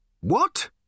What